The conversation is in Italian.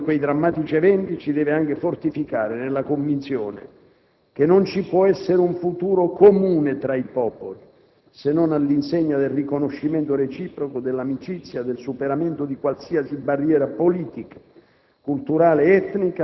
Rinnovare il ricordo di quei drammatici eventi ci deve anche fortificare nella convinzione che non ci può essere un futuro comune tra i popoli se non all'insegna del riconoscimento reciproco, dell'amicizia, del superamento di qualsiasi barriera politica,